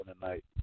tonight